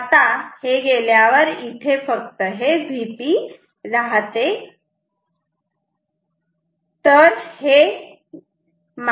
आता हे गेल्यावर इथे हे Vp आहे